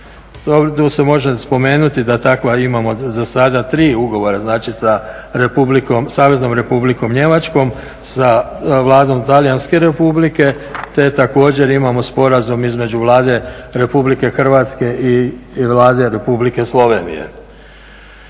Tu se može spomenuti da takva imamo zasada tri ugovora, znači sa Saveznom Republikom Njemačkom, sa Vladom Talijanske Republike te također imamo sporazum između Vlade Republike Hrvatske i Vlade Republike Slovenije.